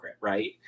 right